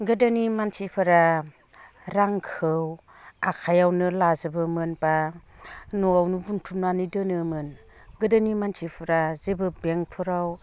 गोदोनि मानसिफोरा रांखौ आखाइआवनो लाजोबोमोन बा न'आवनो बुथुमनानै दोनोमोन गोदोनि मानसिफोरा जेबो बेंकफोराव